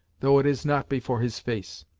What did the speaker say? though it is not before his face.